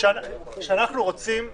שאנחנו רוצים לקבוע,